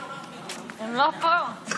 הם לא פה.